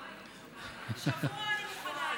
שבוע אני מוכנה.